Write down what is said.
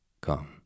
Come